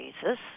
Jesus